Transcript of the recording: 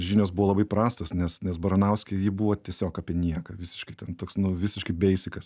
žinios buvo labai prastos nes nes baranauskė ji buvo tiesiog apie nieką visiškai ten toks nu visiškai beisikas